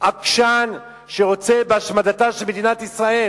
עקשן שרוצה בהשמדתה של מדינת ישראל,